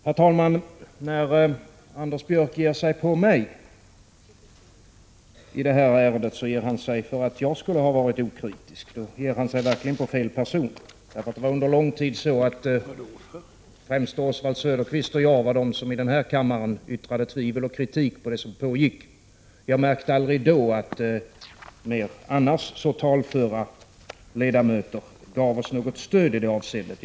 Herr talman! När Anders Björck ger sig på mig för att jag skulle ha varit okritisk i det här ärendet ger han sig verkligen på fel person. Under lång tid var främst Oswald Söderqvist och jag de som i den här kammaren yttrade tvivel och kritik mot det som pågick. Jag märkte aldrig då att annars talföra ledamöter gav oss något stöd i det avseendet.